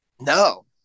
No